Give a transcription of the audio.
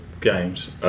games